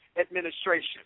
administration